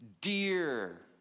dear